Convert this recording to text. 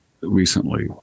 Recently